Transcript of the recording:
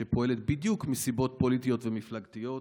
שפועלת בדיוק מסיבות פוליטיות ומפלגתיות,